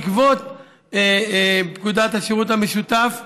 בעקבות פקודת השירות המשותף,